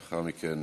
ולאחר מכן